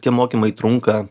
tie mokymai trunka